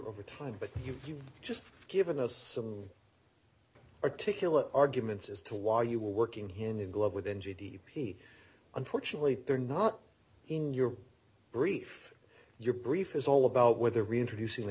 overtime but you've just given us some articulate arguments as to why you were working hand in glove with n g d p unfortunately they're not in your brief your brief is all about whether reintroducing the